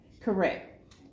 Correct